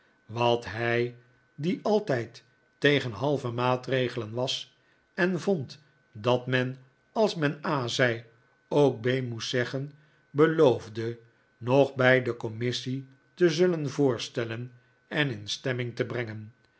wat hij die altijd tegen halve maatregelen was en vond dat men als men a zei ook b moest zeggen beloofde nog bij de commissie te zullen voorstellen en in stemming te brengen